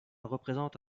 représente